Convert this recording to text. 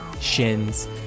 shins